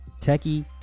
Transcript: techie